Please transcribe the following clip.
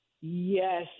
Yes